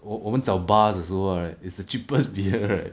我我们找 bars 的时候 right is the cheapest beer right